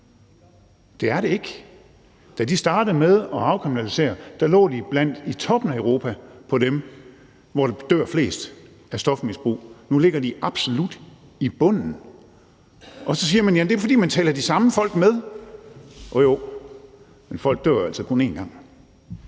Det er det ikke. Da de startede med at afkriminalisere, lå de i toppen af Europa blandt de lande, hvor der dør flest af stofmisbrug. Nu ligger de absolut i bunden. Og så siger man: Jamen det er, fordi man tæller de samme folk med. Jo jo, men folk dør jo altså kun én gang.